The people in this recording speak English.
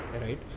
right